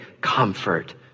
comfort